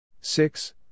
Six